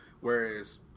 whereas